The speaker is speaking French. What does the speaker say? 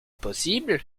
possible